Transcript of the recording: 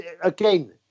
again